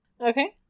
Okay